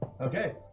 Okay